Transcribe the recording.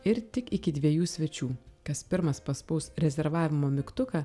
ir tik iki dviejų svečių kas pirmas paspaus rezervavimo mygtuką